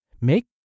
Make